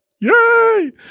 Yay